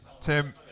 Tim